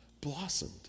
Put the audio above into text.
blossomed